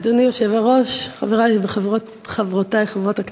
אדוני היושב-ראש, חברי וחברותי חברות הכנסת,